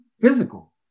physical